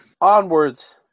onwards